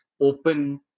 open